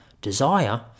desire